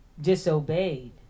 disobeyed